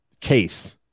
case